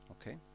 Okay